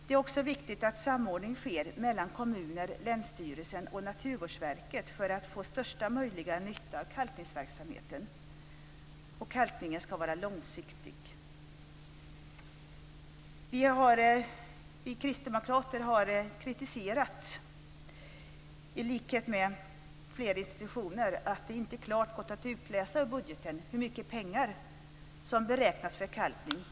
Det är också viktigt att samordning sker mellan kommuner, länsstyrelsen och Naturvårdsverket för att få största möjliga nytta av kalkningsverksamheten. Kalkningen ska dessutom vara långsiktig. Vi kristdemokrater har, i likhet med flera institutioner, kritiserat att det inte klart går att utläsa ur budgeten hur mycket pengar som beräknas för kalkning.